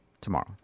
tomorrow